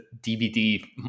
DVD